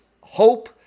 hope